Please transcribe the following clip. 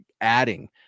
adding